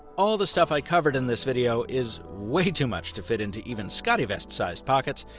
all the stuff i covered in this video is way too much to fit into even scotty vest-sized pockets,